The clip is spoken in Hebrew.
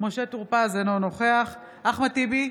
משה טור פז, אינו נוכח אחמד טיבי,